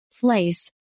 place